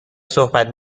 صحبت